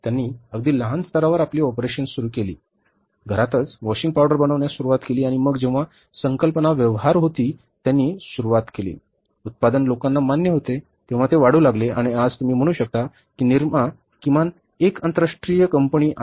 त्यांनी अगदी लहान स्तरावर आपली ऑपरेशन्स सुरू केली त्यांनी घरातच वॉशिंग पावडर बनवण्यास सुरुवात केली आणि मग जेव्हा संकल्पना व्यवहार्य होती त्यांनी सुरुवात केली उत्पादन लोकांना मान्य होते तेव्हा ते वाढू लागले आणि आज तुम्ही म्हणू शकता की निरमा किमान एक आंतरराष्ट्रीय कंपनी आहे